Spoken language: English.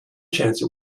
chance